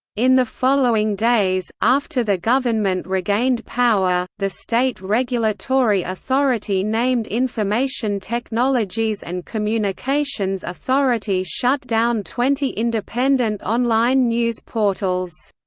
in the following days, after the government regained power, the state regulatory authority named information technologies and communications authority shut down twenty independent online news portals.